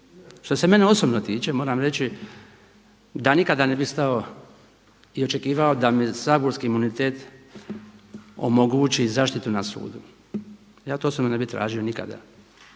Što se mene osobno tiče moram reći da nikada ne bih stao i očekivao da mi saborski imunitet omogući zaštitu na sudu, ja to osobno ne bih tražio nikada